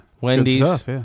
Wendy's